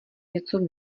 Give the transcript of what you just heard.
něco